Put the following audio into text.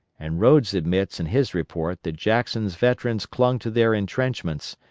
and rodes admits in his report that jackson's veterans clung to their intrenchments,